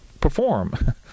perform